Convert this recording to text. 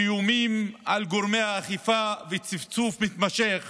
איומים על גורמי האכיפה וצפצוף מתמשך